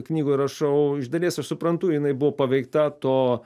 knygoj rašau iš dalies aš suprantu jinai buvo paveikta to